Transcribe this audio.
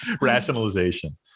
rationalization